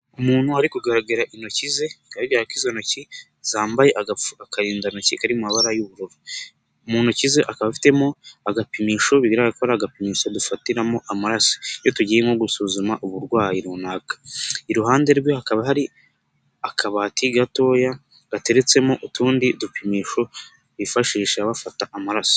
Umuntu ari kugaragara intoki ze bikaba bigaragara ko izo ntoki zambaye akarindantoki kari mu mabara y'ubururu. Mu ntoki ze akaba afitemo agapimisho bigaragara ko ari agapimisho dufatiramo amaraso iyo tugiye nko gusuzuma uburwayi runaka. Iruhande rwe hakaba hari akabati gato gateretsemo utundi dupimisho bifashisha bafata amaraso.